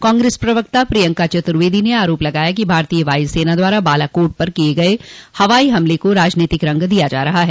कांग्रेस प्रवक्ता प्रियंका चतुर्वेदी ने आरोप लगाया कि भारतीय वायुसेना द्वारा बालाकोट पर किए गए हवाई हमले को राजनीतिक रंग दिया जा रहा है